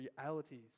realities